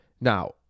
Now